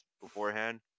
beforehand